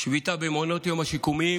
שביתה במעונות היום השיקומיים,